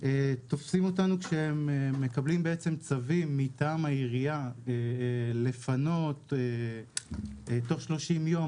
תופסים אותנו כשהם מקבלים צווים מטעם העירייה לפנות בתוך 30 יום,